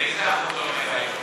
באיזה עמוד אנחנו?